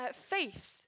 faith